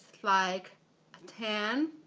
like a tan